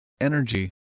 energy